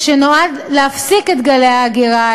ופה צריך להגיד משהו שגם חברי הכנסת לא מודעים